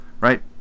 right